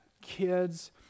kids